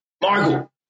Michael